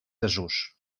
desús